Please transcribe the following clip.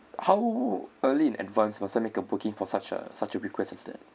how early in advance must I make a booking for such a such a request instead